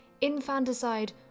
infanticide